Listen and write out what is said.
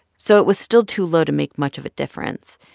so it was still too low to make much of a difference.